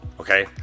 okay